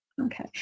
okay